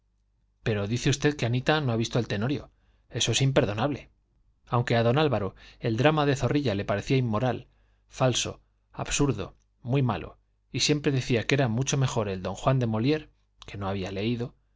pero dice usted que anita no ha visto el tenorio eso es imperdonable aunque a don álvaro el drama de zorrilla le parecía inmoral falso absurdo muy malo y siempre decía que era mucho mejor el don juan de molire que